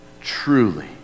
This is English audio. truly